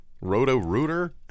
Roto-rooter